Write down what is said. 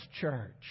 church